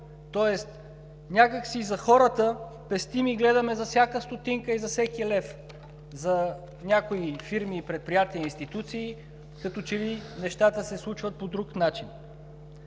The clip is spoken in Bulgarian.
тоест някак си за хората пестим и гледаме за всяка стотинка и за всеки лев. За някои фирми, предприятия и институции като че ли нещата се случват по друг начин.